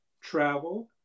travel